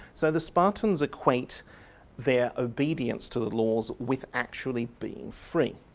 so the spartans equate their obedience to the laws with actually being free.